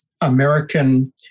American